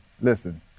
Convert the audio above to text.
listen